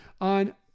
on